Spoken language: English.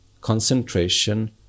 concentration